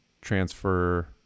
transfer